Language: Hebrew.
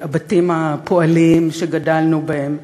הבתים הפועליים שגדלנו בהם,